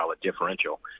differential